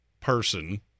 person